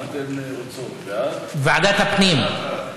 ועדת הפנים,